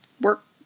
work